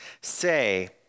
say